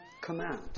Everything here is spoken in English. command